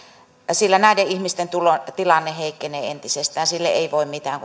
sillä näiden ihmisten tilanne heikkenee entisestään sille ei voi mitään